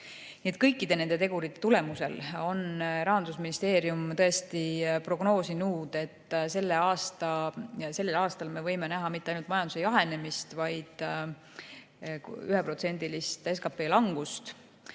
Kõikide nende tegurite alusel on Rahandusministeerium prognoosinud, et sellel aastal me võime näha mitte ainult majanduse jahenemist, vaid 1%‑list SKT langust.